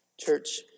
Church